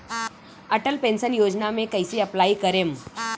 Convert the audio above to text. Atal pension योजना मे कैसे अप्लाई करेम?